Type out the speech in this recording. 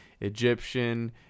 Egyptian